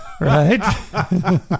right